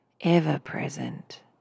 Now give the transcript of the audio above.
ever-present